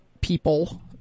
people